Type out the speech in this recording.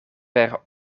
per